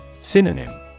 Synonym